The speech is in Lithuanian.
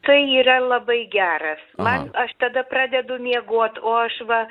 tai yra labai geras man aš tada pradedu miegoti o aš va